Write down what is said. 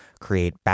create